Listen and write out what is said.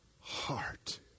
heart